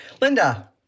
Linda